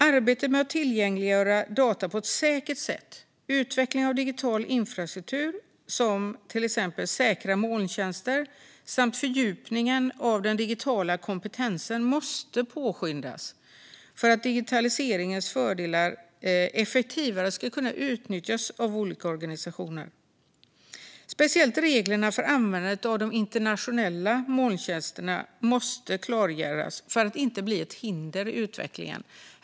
Arbetet med att tillgängliggöra data på att säkert sätt, med att utveckla en digital infrastruktur - exempelvis säkra molntjänster - samt med att fördjupa den digitala kompetensen måste påskyndas för att digitaliseringens fördelar effektivare ska kunna utnyttjas av olika organisationer. Speciellt reglerna för användandet av de internationella molntjänsterna måste klargöras för att inte bli ett hinder i utvecklingen.